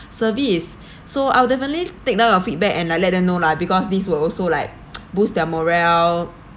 service so I'll definitely take down your feedback and like let them know lah because these will also like boost their morale